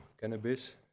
cannabis